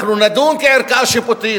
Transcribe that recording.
אנחנו נדון כערכאה שיפוטית,